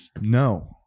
No